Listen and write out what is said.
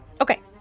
okay